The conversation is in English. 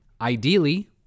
ideally